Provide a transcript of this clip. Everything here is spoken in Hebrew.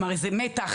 מתח,